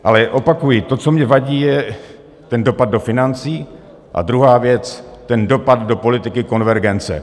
Ale opakuji, to, co mně vadí, je ten dopad do financí a druhá věc, ten dopad do politiky konvergence.